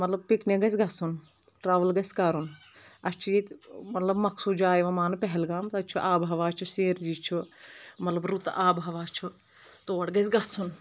مطلب پکنِک گژھہِ گژھُن ٹرول گژھۍ کرُن اسہِ چھ ییٚتہِ مطلَب مخصوٗص جاے یوان مانٕنہٕ پہلگام تَتہِ چھُ آب ہوا چھ سیٖنری چھُ مطلب رُت آبہٕ ہوا چھُ تور گژھِ گژھُن